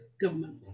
government